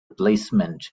replacement